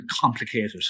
complicated